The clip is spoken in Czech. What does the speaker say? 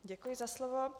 Děkuji za slovo.